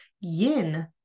yin